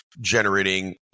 generating